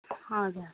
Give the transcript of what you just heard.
हजुर